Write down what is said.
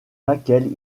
laquelle